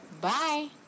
Bye